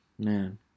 man